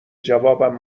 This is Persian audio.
جوابم